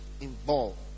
involved